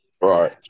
Right